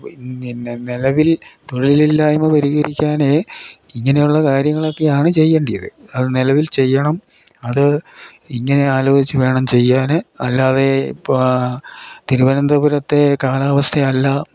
പിന്നെ നിലവിൽ തൊഴിലില്ലായ്മ പരിഹരിക്കാന് ഇങ്ങനെയുള്ള കാര്യങ്ങളൊക്കെയാണ് ചെയ്യേണ്ടത് അത് നിലവിൽ ചെയ്യണം അത് ഇങ്ങനെ ആലോചിച്ച് വേണം ചെയ്യാൻ അല്ലാതെ ഇപ്പം തിരുവനന്തപുരത്തെ കാലാവസ്ഥയല്ല